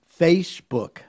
Facebook